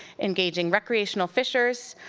engaging recreational fishers.